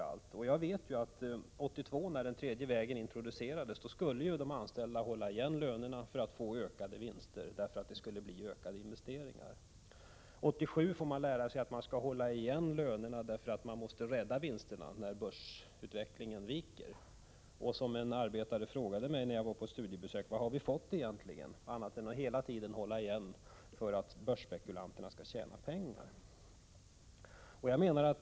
Jag vet att år 1982, när den tredje vägens politik introducerades, skulle de anställda hålla igen lönerna för att få ökade vinster så att det skulle bli ökade investeringar. År 1987 får de lära sig att de skall hålla igen på lönerna därför att vinsterna måste räddas när börsutvecklingen viker. Som en arbetare frågade mig när jag var på studiebesök: Vad har vi fått egentligen annat än att vi hela tiden måste hålla igen för att börsspekulanterna skall tjäna pengar?